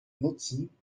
nutzen